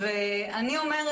אתם נותני